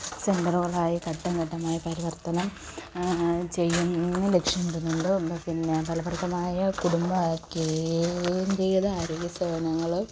സെൻ്ററുകളായി ഘട്ടം ഘട്ടമായി പരിവർത്തനം ചെയ്യുന്ന ലക്ഷ്യമിടുന്നുണ്ട് പിന്നെ ഫലപ്രദമായ കുടുംബ കേന്ദ്രീകൃത ആരോഗ്യ സേവനങ്ങൾ